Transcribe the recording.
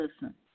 listen